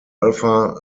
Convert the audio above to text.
alpha